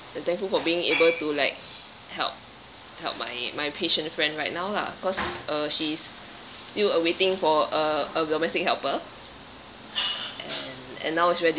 and thankful for being able to like help help my my patient friend right now lah cause uh she's still awaiting for a a domestic helper and and now it's very